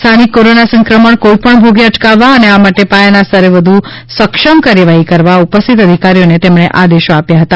સ્થાનિક કોરોના સંક્રમણ કોઇ પણ ભોગે અટકાવવા અને આ માટે પાયાના સ્તરે વધુ સક્ષમ કાર્યવાહી કરવા ઉપસ્થિત અધિકારીઓને તેમણે આદેશી આપ્યા હતા